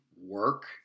work